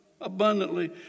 abundantly